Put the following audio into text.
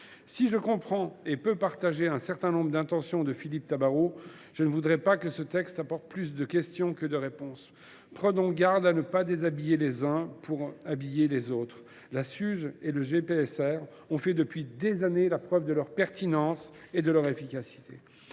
Si je comprends et puis partager un certain nombre des intentions de Philippe Tabarot, je ne voudrais pas que ce texte apporte plus de questions que de réponses. Prenons garde à ne pas déshabiller les uns pour habiller les autres. La Suge et le GPSR ont fait depuis des années la preuve de leur pertinence et de leur efficacité.